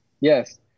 Yes